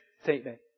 statement